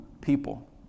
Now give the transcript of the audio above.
people